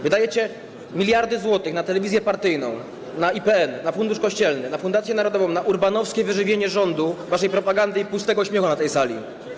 Wydajecie miliardy złotych na telewizję partyjną, na IPN, na Fundusz Kościelny, na fundację narodową, na urbanowskie wyżywienie rządu, waszej propagandy i pustego śmiechu na tej sali.